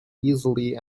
easily